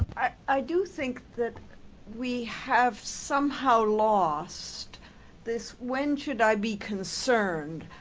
i do think that we have somehow lost this, when should i be concerned.